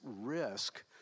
risk